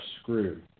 screwed